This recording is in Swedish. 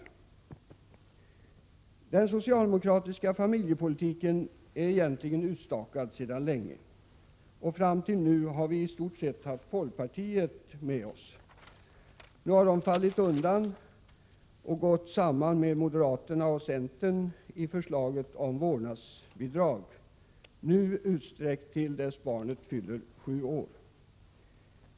Den socialdemokratiska familjepolitiken är egentligen utstakad sedan länge, och fram till nu har vi i stort sett haft folkpartiet med oss. Nu har folkpartiet fallit undan och gått samman med moderaterna och centern i förslaget om vårdnadsbidrag, nu utsträckt till dess att barnet fyller sju år.